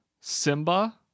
Simba